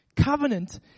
Covenant